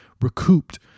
recouped